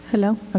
hello,